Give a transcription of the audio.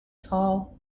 tall